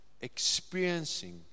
experiencing